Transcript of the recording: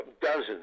dozens